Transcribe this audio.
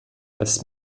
als